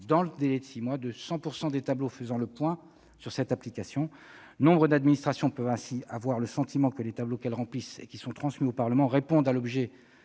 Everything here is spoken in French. dans le délai de six mois, de 100 % des tableaux faisant le point sur cette application. Nombre d'administrations peuvent ainsi avoir le sentiment que les tableaux qu'elles remplissent et qui sont transmis au Parlement répondent à l'objet